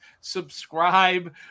subscribe